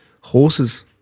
Horses